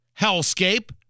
hellscape